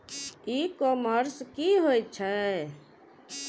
ई commerce की होय छेय?